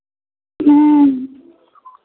ह्म्म